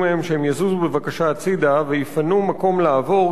שהם יזוזו בבקשה הצדה ויפנו מקום לעבור,